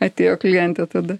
atėjo klientė tada